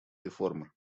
реформы